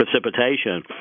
precipitation